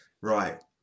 Right